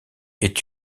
est